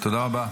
תודה רבה.